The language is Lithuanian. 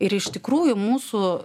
ir iš tikrųjų mūsų